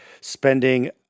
spending